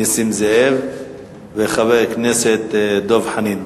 נסים זאב ושל חבר הכנסת דב חנין.